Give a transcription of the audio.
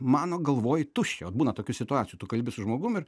mano galvoj tuščia vat būna tokių situacijų tu kalbi su žmogum ir